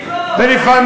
שיגיד לא,